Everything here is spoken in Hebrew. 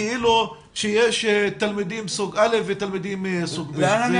כאילו שיש תלמידים סוג א' ותלמידים סוג ב'.